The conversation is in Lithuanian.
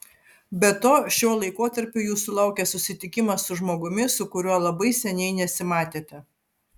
be to šiuo laikotarpiu jūsų laukia susitikimas su žmogumi su kuriuo labai seniai nesimatėte